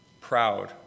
proud